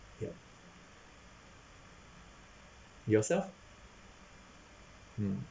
ya yourself hmm